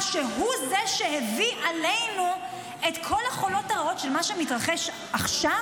שהוא זה שהביא עלינו את כל החולות הרעות של מה שמתרחש עכשיו,